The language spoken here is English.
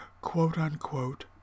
quote-unquote